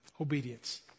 Obedience